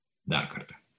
dar kartą